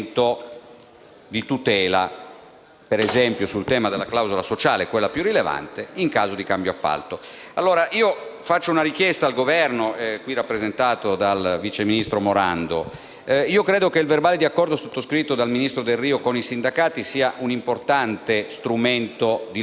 di tutela, ad esempio sul tema della clausola sociale, quella più rilevante, in caso di cambio appalto. Faccio allora una richiesta al Governo, qui rappresentato dal vice ministro Morando: credo che il verbale di accordo sottoscritto dal ministro Delrio con i sindacati sia un importante strumento di lavoro,